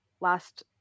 last